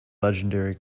legendary